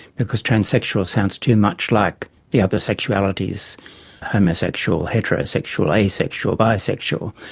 because transsexual sounds too much like the other sexualities homosexual, heterosexual, asexual, bisexual.